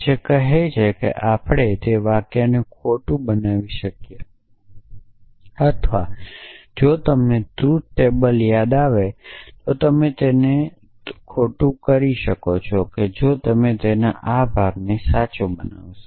જે કહે છે કે આપણે તે વાક્યને ખોટું બનાવી શકીએ અથવા જો તમે ટ્રુથ ટેબલ જોવો તો તમે તેને તો જ ખોટું કરી શકો જો તમે તેના આ ભાગને સાચો બનાવશો